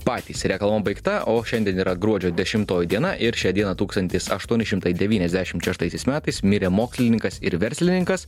patys reklama baigta o šiandien yra gruodžio dešimtoji diena ir šią dieną tūkstantis aštuoni šimtai devyniasdešimt šeštaisiais metais mirė mokslininkas ir verslininkas